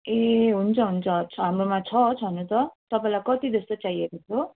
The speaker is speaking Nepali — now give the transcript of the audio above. ए हुन्छ हुन्छ हाम्रोमा छ छनु त तपाईँलाई कति जस्तो चाहिएको थियो